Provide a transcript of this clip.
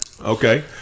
okay